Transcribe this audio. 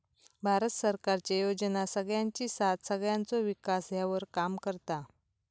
भारत सरकारचे योजना सगळ्यांची साथ सगळ्यांचो विकास ह्यावर काम करता